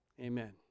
Amen